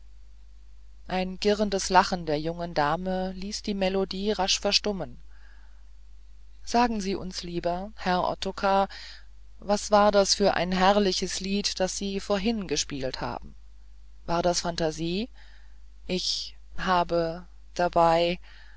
ein girrendes lachen der jungen dame ließ die melodie rasch verstummen sagen sie uns lieber herr ottokar was war das für ein herrliches lied das sie vorhin gespielt haben war das phantasie ich habe dabei